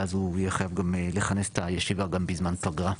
ואז הוא יהיה חייב גם לכנס את הישיבה גם בזמן פגרה.